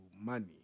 money